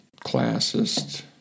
classist